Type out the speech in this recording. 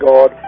God